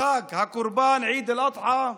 חג הקורבן, עיד אל-אדחא.